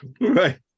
Right